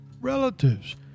relatives